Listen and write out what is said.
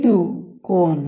ಇದು ಕೋನ